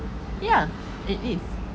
ya it is